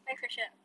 next question ah